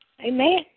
Amen